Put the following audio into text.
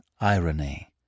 irony